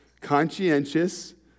conscientious